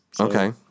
Okay